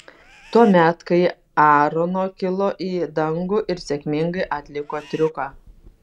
tuomet kai aarono kilo į dangų ir sėkmingai atliko triuką